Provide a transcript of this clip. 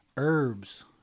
Herbs